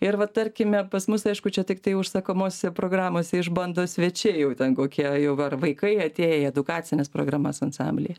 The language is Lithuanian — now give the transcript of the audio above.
ir va tarkime pas mus aišku čia tiktai užsakomosiose programose išbando svečiai jau ten kokie jau ar vaikai atėję į edukacines programas ansamblyje